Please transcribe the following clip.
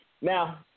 Now